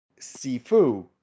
sifu